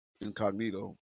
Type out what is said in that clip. incognito